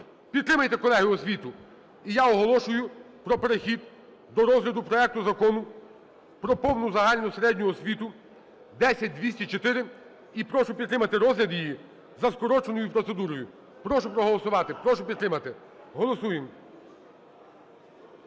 підтримайте, колеги, освіту. І я оголошую про перехід до розгляду проекту Закону про повну загальну середню освіту (10204). І прошу підтримати розгляд її за скороченою процедурою. Прошу проголосувати, прошу підтримати, голосуємо.